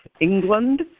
England